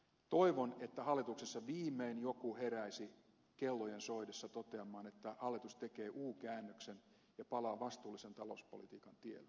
toivon että hallituksessa viimein joku heräisi kellojen soidessa toteamaan että hallitus tekee u käännöksen ja palaa vastuullisen talouspolitiikan tielle